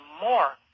more